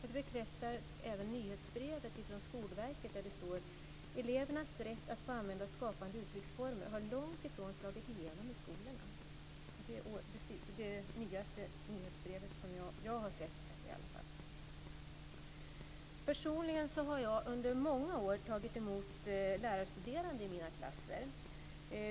I det senaste nyhetsbrevet från Skolverket framgår det att elevernas rätt att använda skapande uttrycksformer har långt ifrån slagit igenom i skolorna. Jag har under många år tagit emot lärarstuderande i mina klasser.